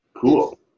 cool